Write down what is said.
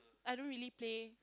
I don't really play